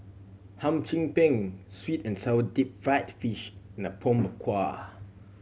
Hum Chim Peng sweet and sour deep fried fish Apom Berkuah